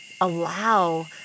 allow